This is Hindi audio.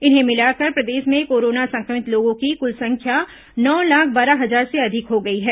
इन्हें मिलाकर प्रदेश में कोरोना संक्रमित लोगों की कुल संख्या नौ लाख बारह हजार से अधिक हो गई है